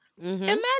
imagine